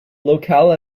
locale